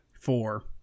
four